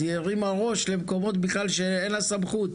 אז היא הרימה ראש למקומות שבכלל אין לה סמכות.